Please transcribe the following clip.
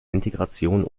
integration